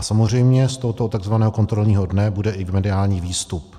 A samozřejmě z tohoto takzvaného kontrolního dne bude i mediální výstup.